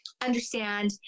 understand